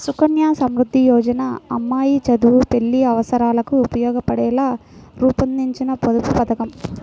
సుకన్య సమృద్ధి యోజన అమ్మాయి చదువు, పెళ్లి అవసరాలకు ఉపయోగపడేలా రూపొందించిన పొదుపు పథకం